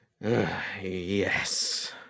Yes